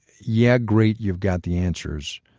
yeah, great, you've got the answers.